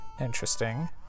interesting